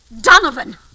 Donovan